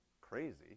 crazy